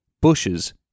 bushes